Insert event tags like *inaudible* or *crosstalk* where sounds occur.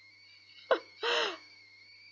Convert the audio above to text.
*laughs*